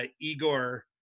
igor